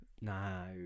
No